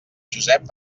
josep